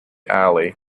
alley